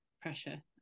pressure